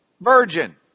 virgin